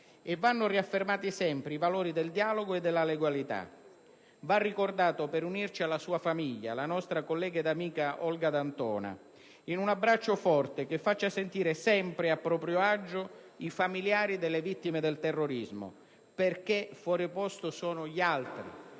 e vanno riaffermati sempre i valori del dialogo e della legalità. Va ricordato per unirci alla sua famiglia, alla nostra collega ed amica Olga D'Antona, in un abbraccio forte, che faccia sentire sempre a proprio agio i familiari delle vittime del terrorismo, perché fuori posto sono gli altri,